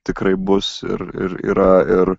tikrai bus ir ir yra ir